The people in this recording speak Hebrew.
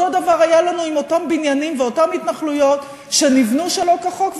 אותו דבר היה לנו עם אותם בניינים ואותן התנחלויות שנבנו שלא כחוק.